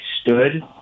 stood